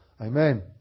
Amen